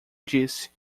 disse